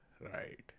Right